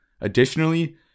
Additionally